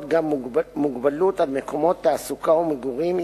גם מגבלות על מקומות תעסוקה ומגורים,